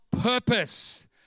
purpose